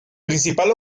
principal